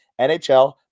nhl